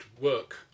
work